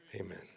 Amen